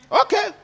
Okay